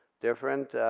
different.